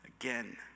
Again